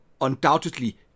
undoubtedly